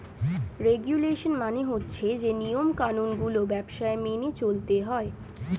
regulation মানে হচ্ছে যে নিয়ম কানুন গুলো ব্যবসায় মেনে চলতে হয়